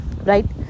right